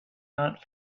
not